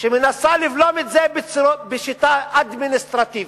שמנסה לבלום את זה בשיטה אדמיניסטרטיבית?